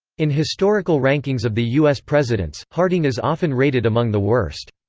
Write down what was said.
in historical rankings of the u s. presidents, harding is often rated among the worst.